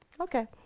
Okay